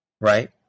right